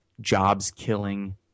jobs-killing